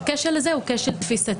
הכשל הזה הוא כשל תפיסתי.